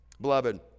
Beloved